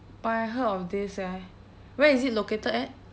but I heard of this eh where is it located at